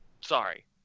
Sorry